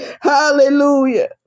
hallelujah